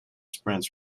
sprints